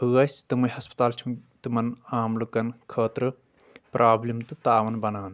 أسۍ تٔمے ہسپتال چھ تٔمن عام لُکن خأطرٕ پرٛابلِم تہٕ تاون بنان